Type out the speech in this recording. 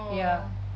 ya